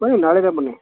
ಬನ್ನಿ ನಾಳೆಯೇ ಬನ್ನಿ